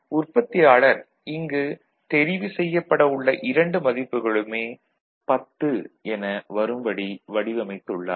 உற்பத்தியாளர் இங்கு தெரிவு செய்யப்பட உள்ள இரண்டு மதிப்புகளுமே 10 என வரும்படி வடிவமைத்துள்ளார்